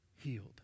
healed